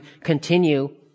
continue